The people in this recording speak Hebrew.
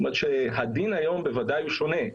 זאת אומרת, הדין היום בוודאי הוא שונה.